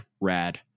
rad